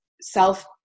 self